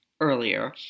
earlier